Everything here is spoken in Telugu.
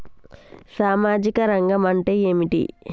సామాజిక రంగం అంటే ఏమిటి?